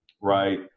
right